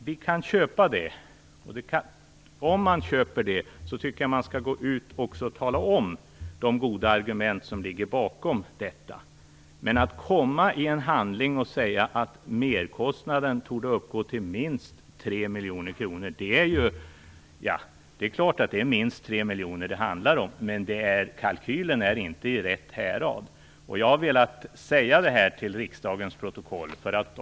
Vi kan "köpa" det, och om man "köper" det tycker jag att man också skall gå ut och tala om de goda argument som ligger bakom detta. Men att i en handling säga att merkostnaden torde uppgå till minst 3 miljoner kronor - och det är klart att det är minst 3 miljoner det handlar om - visar att kalkylen inte är i rätt härad. Jag har velat säga detta för riksdagens protokoll.